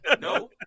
no